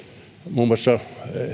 muun muassa